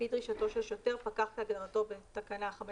באמצעות תוכנה ייעודית שאישר משרד התחבורה,